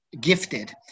gifted